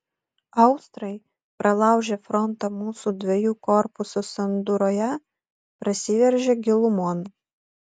austrai pralaužę frontą mūsų dviejų korpusų sandūroje prasiveržė gilumon